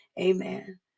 amen